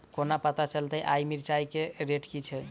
कोना पत्ता चलतै आय मिर्चाय केँ रेट की छै?